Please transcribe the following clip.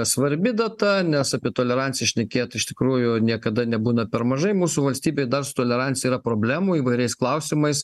svarbi data nes apie toleranciją šnekėt iš tikrųjų niekada nebūna per mažai mūsų valstybėj dar su tolerancija yra problemų įvairiais klausimais